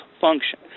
function